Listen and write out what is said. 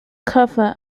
cover